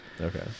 Okay